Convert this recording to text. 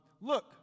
Look